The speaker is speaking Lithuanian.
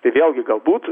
tai vėlgi galbūt